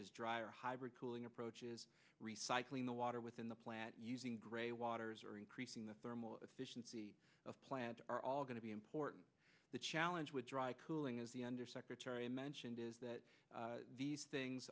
as drier hybrid cooling approaches recycling the water within the plant using grey waters or increasing the thermal efficiency of plant are all going to be important the challenge with dry cooling as the undersecretary mentioned is that these things